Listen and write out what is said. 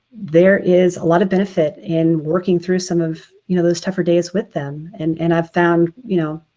there is a lot of benefit in working through some of you know those tougher days with them. and and i've found you know,